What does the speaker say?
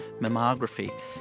mammography